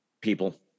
people